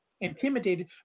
intimidated